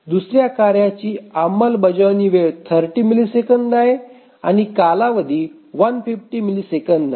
दुसऱ्या कार्याची अंमलबजावणी वेळ ३० मिलिसेकंद आहे आणि कालावधी १५० मिलिसेकंद आहे